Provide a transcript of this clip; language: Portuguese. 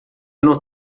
não